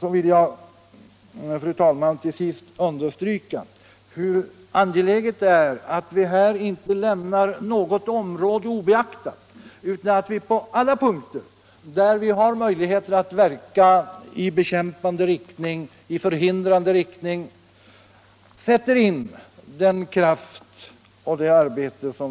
Jag vill, fru talman, till sist understryka hur angeläget det är att vi här inte lämnar något område obeaktat utan att vi på alla punkter där vi har möjligheter att verka i bekämpande och förhindrande riktning sätter in den kraft